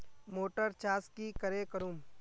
Motor चास की करे करूम?